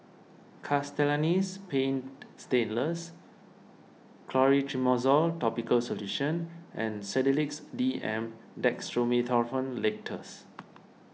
Castellani's Paint Stainless Clotrimozole Topical Solution and Sedilix D M Dextromethorphan Linctus